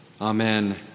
amen